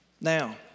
Now